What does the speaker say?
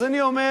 אז אני אומר,